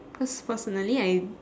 cause personally I